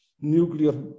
nuclear